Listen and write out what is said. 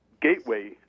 gateway